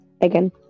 Again